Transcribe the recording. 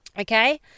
Okay